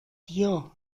dir